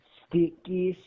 sticky